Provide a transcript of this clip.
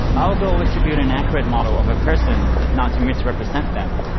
our goal was to build an accurate model of a person, not to misrepresent them.